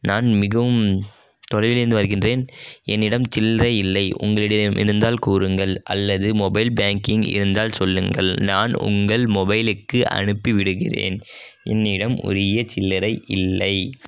நான் மிகவும் தொலைவில் இருந்து வருகிறேன் என்னிடம் சில்றை இல்லை உங்களிடையே இருந்தால் கூறுங்கள் அல்லது மொபைல் பேங்க்கிங் இருந்தால் சொல்லுங்கள் நான் உங்கள் மொபைலுக்கு அனுப்பி விடுகிறேன் என்னிடம் உரிய சில்லறை இல்லை